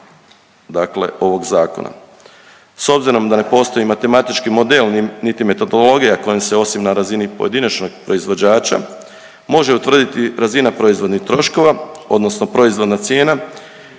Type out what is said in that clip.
dakle ovog zakona.